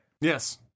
Yes